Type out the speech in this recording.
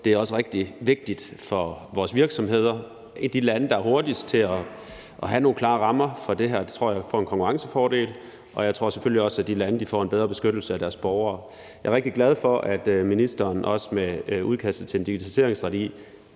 Det er også rigtig vigtigt for vores virksomheder. De lande, der er hurtigst til at få nogle klare rammer for det her, tror jeg får en konkurrencefordel, og jeg tror selvfølgelig også, at de lande får en bedre beskyttelse af deres borgere. Jeg er rigtig glad for, at ministeren også med udkastet til en digitaliseringsstrategi